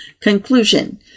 Conclusion